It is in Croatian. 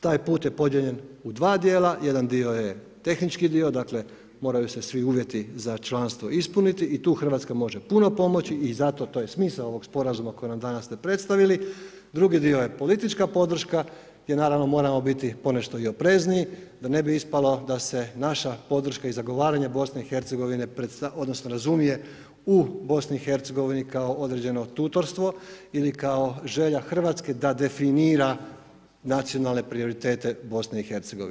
Taj put je podijeljen u dva dijela, jedan dio je tehnički dio dakle moraju se svi uvjeti za članstvo ispuniti i tu Hrvatska može puno pomoći i zato to je smisao ovog sporazuma koji ste nam danas predstavili, drugi dio je politička podrška gdje naravno moramo biti ponešto i oprezniji da ne bi ispalo da se naša podrška i zagovaranje BiH razumije u BiH kao određeno tutorstvo ili kao želja Hrvatske da definira nacionale prioritete BiH.